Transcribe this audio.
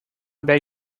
beg